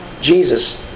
Jesus